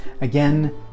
Again